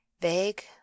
vague